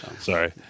Sorry